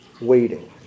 waiting